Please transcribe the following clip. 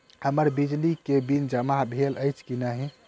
हम्मर बिजली कऽ बिल जमा भेल अछि की नहि?